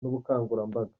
n’ubukangurambaga